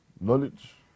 knowledge